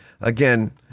again